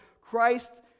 Christ